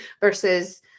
versus